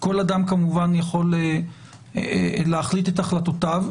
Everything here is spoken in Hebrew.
וכל אדם כמובן יכול להחליט את החלטותיו,